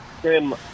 trim